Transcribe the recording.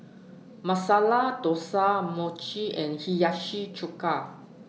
Masala Dosa Mochi and Hiyashi Chuka